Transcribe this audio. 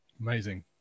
Amazing